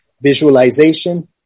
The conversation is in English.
visualization